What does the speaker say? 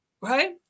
right